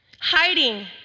hiding